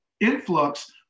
influx